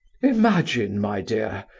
imagine, my dear,